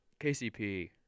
KCP